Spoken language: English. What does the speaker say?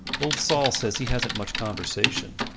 old sol says he hasnt much conversation.